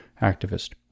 activist